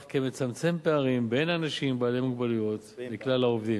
כמצמצם פערים בין אנשים בעלי מוגבלויות לכלל העובדים,